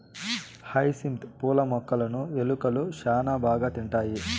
hyacinth పూల మొక్కలును ఎలుకలు శ్యాన బాగా తింటాయి